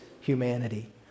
humanity